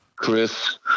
Chris